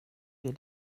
wir